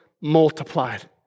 multiplied